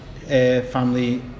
family